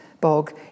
bog